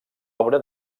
obra